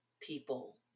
people